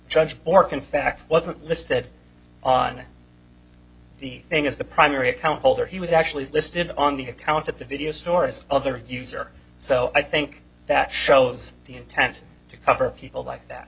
fact wasn't listed on the thing as the primary account holder he was actually listed on the account at the video store as other user so i think that shows the intent to cover people like that